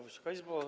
Wysoka Izbo!